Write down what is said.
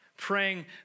praying